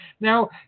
Now